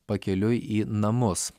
pakeliui į namus